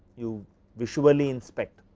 you visually inspect,